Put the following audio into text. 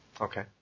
okay